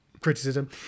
criticism